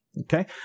Okay